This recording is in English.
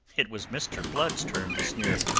it was mr. blood's turn to sneer.